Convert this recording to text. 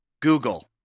Google